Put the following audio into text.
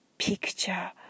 picture